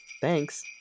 Thanks